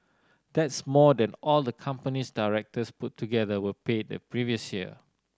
that's more than all the company's directors put together were paid the previous year